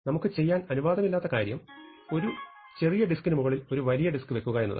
നമുക്ക് ചെയ്യാൻ അനുവാദമില്ലാത്ത കാര്യം ഒരു ചെറിയ ഡിസ്കിനു മുകളിൽ ഒരു വലിയ ഡിസ്ക് വെക്കുക എന്നതാണ്